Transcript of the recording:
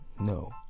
no